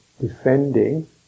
defending